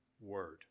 word